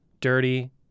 dirty